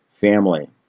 family